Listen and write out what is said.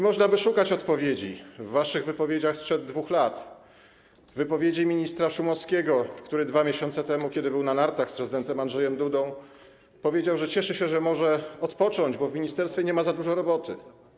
Można by szukać odpowiedzi w waszych wypowiedziach sprzed 2 lat, w wypowiedzi ministra Szumowskiego, który 2 miesiące temu, kiedy był na nartach z prezydentem Andrzejem Dudą, powiedział, że cieszy się, że może odpocząć, bo w ministerstwie nie ma za dużo roboty.